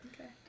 Okay